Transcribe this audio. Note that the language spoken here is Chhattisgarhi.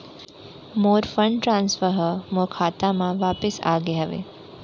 मोर फंड ट्रांसफर हा मोर खाता मा वापिस आ गे हवे